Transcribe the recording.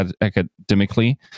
academically